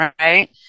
right